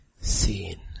seen